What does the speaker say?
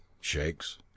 Shakes